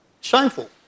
shameful